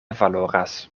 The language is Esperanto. valoras